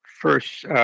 first